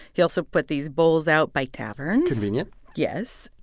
he also put these bowls out by taverns convenient yes.